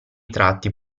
tratti